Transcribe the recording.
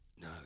No